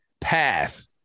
path